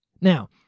Now